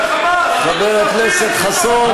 חבר הכנסת חסון,